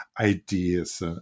ideas